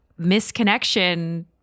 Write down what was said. misconnection